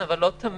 אבל לא תמיד.